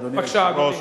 אדוני היושב-ראש.